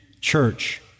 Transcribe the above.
church